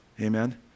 Amen